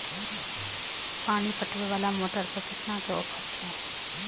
पानी पटवेवाला मोटर पर केतना के ऑफर छे?